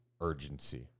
urgency